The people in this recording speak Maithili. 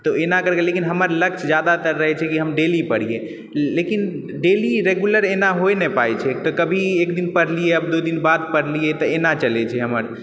तऽ एना करिके मगर हमर लक्ष्य जादातर रहै छै कि हम डेली पढ़िये लेकिन डेली रेग्यूलर एना होइ नहि पाबै छै तऽ कभी एकदिन पढ़लियै कभी दू दिन बाद पढ़लियै तऽ अहिना चलै छै हमर